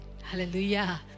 Hallelujah